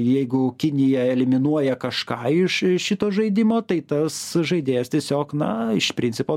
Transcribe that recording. jeigu kinija eliminuoja kažką iš šito žaidimo tai tas žaidėjas tiesiog na iš principo